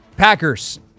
Packers